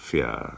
Fear